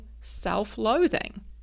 self-loathing